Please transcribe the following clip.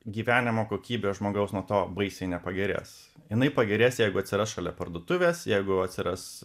gyvenimo kokybę žmogaus nuo to baisiai nepagerės jinai pagerės jeigu atsiras šalia parduotuvės jeigu atsiras